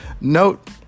Note